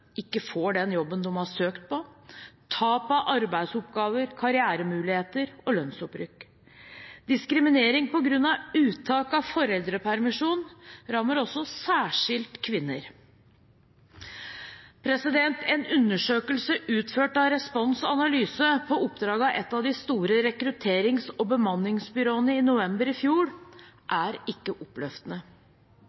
ikke får den jobben de har søkt på, og tap av arbeidsoppgaver, karrieremuligheter og lønnsopprykk. Diskriminering på grunn av uttak av foreldrepermisjon rammer også særskilt kvinner. En undersøkelse utført av Respons Analyse på oppdrag for et av de store rekrutterings- og bemanningsbyråene i november i fjor er ikke oppløftende.